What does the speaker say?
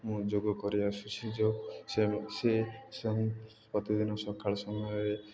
ମୁଁ ଯୋଗ କରି ଆସୁଛି ଯେଉଁ ସେ ପ୍ରତିଦିନ ସକାଳ ସମୟରେ